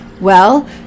Well